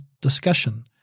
discussion